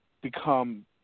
become